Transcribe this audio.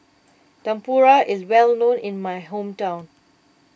Tempura is well known in my hometown